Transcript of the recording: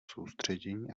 soustředění